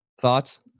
Thoughts